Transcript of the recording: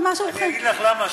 אני אגיד לך למה,